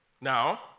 Now